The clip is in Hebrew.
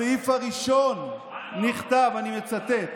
בסעיף הראשון נכתב אני מצטט: